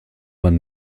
man